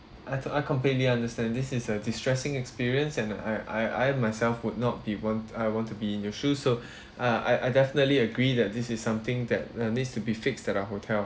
I thought I completely understand this is a distressing experience and I I I myself would not be want uh want to be in your shoes so uh I I definitely agree that this is something that uh needs to be fixed at our hotel